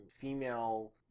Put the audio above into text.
female